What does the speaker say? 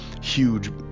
huge